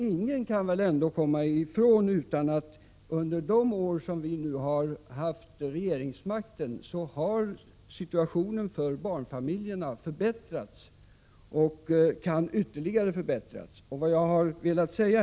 Ingen kan väl komma ifrån att situationen för barnfamiljerna har förbättrats under de år som vi har haft regeringsmakten, och den kan ytterligare förbättras.